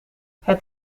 het